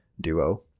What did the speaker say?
duo